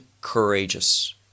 courageous